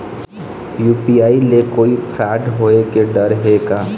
UPI ले कोई fraud होए के डर हे का?